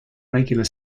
regular